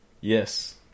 Yes